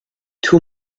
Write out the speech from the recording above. two